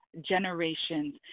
generations